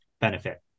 benefit